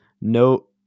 no